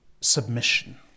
submission